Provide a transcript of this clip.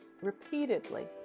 repeatedly